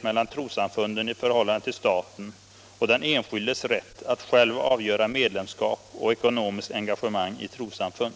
mellan stat och den enskildes rätt att själv avgöra medlemskap och ekonomiskt enga gemang i trossamfund.